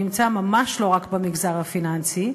נמצא ממש לא רק במגזר הפיננסי,